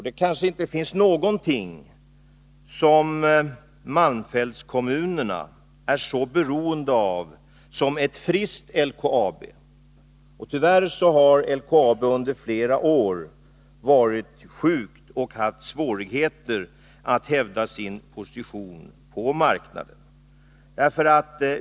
Det kanske inte finns någonting som malmfältskommunerna är så beroende av som ett friskt LKAB, och tyvärr har LKAB under flera år varit sjukt och haft svårigheter att hävda sin position på marknaden.